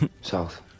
South